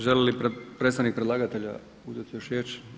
Želi li predstavnik predlagatelja uzeti još riječ?